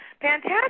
fantastic